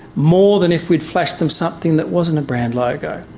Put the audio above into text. more than if we'd flashed them something that wasn't a brand logo.